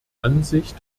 ansicht